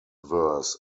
verse